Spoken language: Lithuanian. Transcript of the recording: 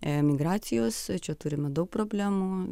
emigracijos čia turime daug problemų